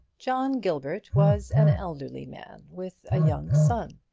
john gilbert was an elderly man, with a young son.